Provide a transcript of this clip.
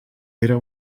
era